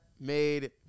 made